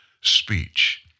speech